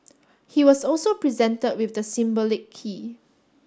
he was also presented with the symbolic key